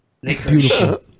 Beautiful